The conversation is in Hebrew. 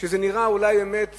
זה נראה אולי באמת